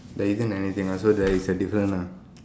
there isn't anything ah so there is a difference ah